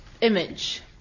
image